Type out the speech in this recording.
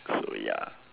so ya